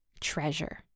treasure